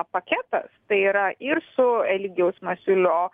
paketas tai yra ir su eligijaus masiulio